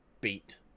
beat